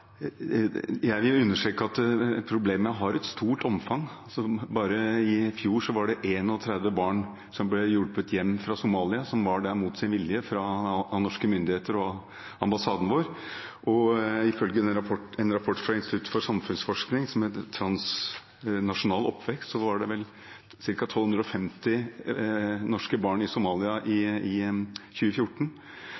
Jeg vil understreke at problemet har et stort omfang. Bare i fjor var det 31 barn som ble hjulpet hjem fra Somalia av norske myndigheter og ambassaden vår, som var der mot sin vilje. Ifølge en rapport fra Institutt for samfunnsforskning, «Transnasjonal oppvekst», var det ca. 1 250 norske barn i Somalia i